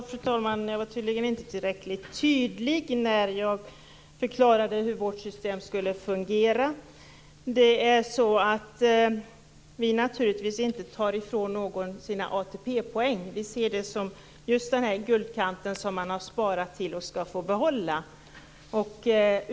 Fru talman! Jag var tydligen inte tillräckligt tydlig när jag förklarade hur vårt system skulle fungera. Vi tar naturligtvis inte från någon ATP-poäng. Vi ser det som den guldkant som man har sparat till och skall få behålla.